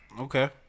Okay